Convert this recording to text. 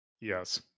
Yes